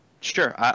Sure